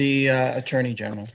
the attorney general